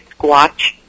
Squatch